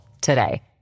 today